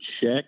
check